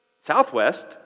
Southwest